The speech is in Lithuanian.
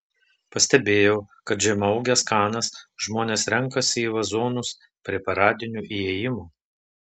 pastebėjau kad žemaūges kanas žmonės renkasi į vazonus prie paradinių įėjimų